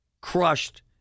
Crushed